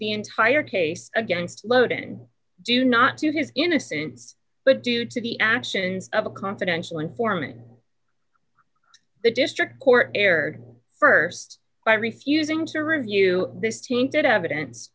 the entire case against loading do not see his innocence but due to the actions of a confidential informant the district court erred st by refusing to review this team that evidence